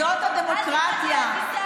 זאת הדמוקרטיה.